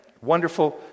Wonderful